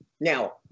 Now